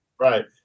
Right